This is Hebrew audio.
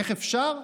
איך אפשר?